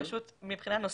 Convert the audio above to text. פשוט, מבחינה נושאית,